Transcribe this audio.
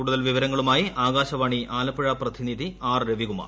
കൂടുതൽ വിവരങ്ങളുമായി ആകാശവാണി ആലപ്പുഴ പ്രതിനിധി ആർ രവികുമാർ